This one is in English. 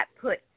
put